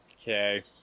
Okay